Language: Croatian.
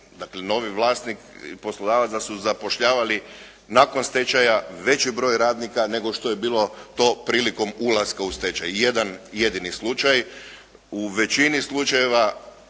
dakle novi vlasnik, poslodavac da su zapošljavali nakon stečaja veći broj radnika nego što je bilo to prilikom ulaska u stečaj. Jedan jedini slučaj. U većini slučajeva